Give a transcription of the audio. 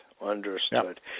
understood